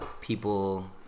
people